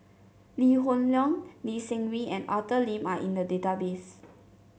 Lee Hoon Leong Lee Seng Wee and Arthur Lim are in the database